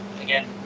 again